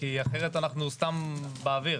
כי אחרת אנחנו סתם באוויר.